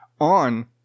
on